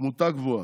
תמותה גבוהה,